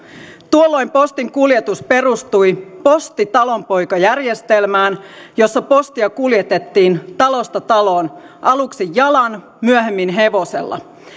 tuolloin postinkuljetus perustui postitalonpoikajärjestelmään jossa postia kuljetettiin talosta taloon aluksi jalan myöhemmin hevosella